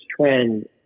trend